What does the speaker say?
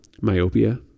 myopia